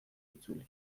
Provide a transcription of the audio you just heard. itzuli